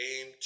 aim